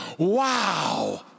Wow